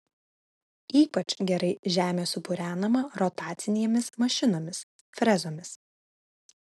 ypač gerai žemė supurenama rotacinėmis mašinomis frezomis